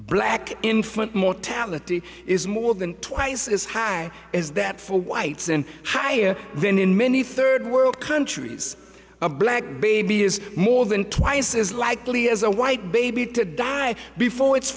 black infant mortality is more than twice as high as that for whites and higher then in many third world countries a black baby is more than twice as likely as a white baby to die before it